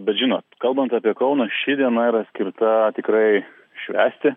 bet žinot kalbant apie kauną ši diena yra skirta tikrai švęsti